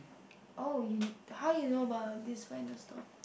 oh you how do you know about this kind of store